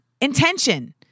Intention